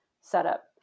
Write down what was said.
setup